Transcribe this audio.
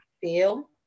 feel